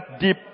deep